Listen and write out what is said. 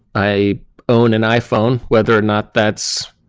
i own an iphone, whether or not that's